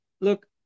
Look